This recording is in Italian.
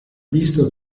visto